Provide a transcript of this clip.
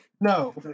No